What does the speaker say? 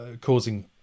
causing